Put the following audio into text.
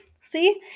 See